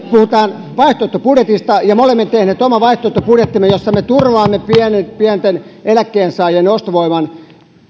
puhutaan vaihtoehtobudjetista ja me olemme tehneet oman vaihtoehtobudjettimme jossa me turvaamme pienten pienten eläkkeensaajien ostovoiman